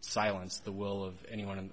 silence the will of anyone